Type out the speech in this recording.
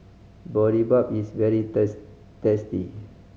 boribap is very tasty